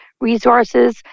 resources